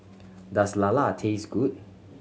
does lala taste good